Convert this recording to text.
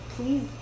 Please